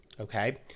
Okay